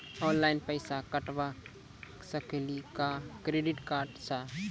Online पैसा कटवा सकेली का क्रेडिट कार्ड सा?